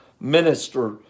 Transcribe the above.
minister